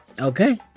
Okay